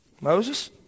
Moses